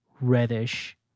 reddish